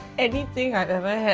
anything i've ever